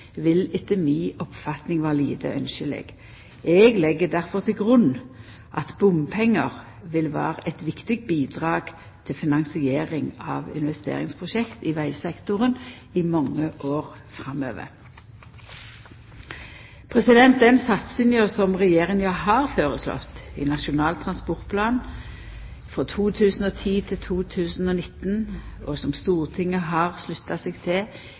vil etter mi oppfatning vera lite ynskjeleg. Eg legg difor til grunn at bompengar vil vera eit viktig bidrag til finansiering av investeringsprosjekt i vegsektoren i mange år framover. Den satsinga som Regjeringa har føreslått i Nasjonal transportplan 2010–2019, og som Stortinget har slutta seg til,